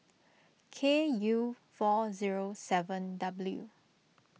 K U four zero seven W